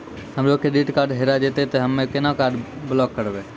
हमरो credit card हेरा जेतै ते हम्मय केना कार्ड ब्लॉक करबै?